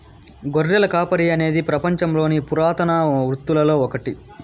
గొర్రెల కాపరి అనేది పపంచంలోని పురాతన వృత్తులలో ఒకటి